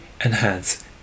enhance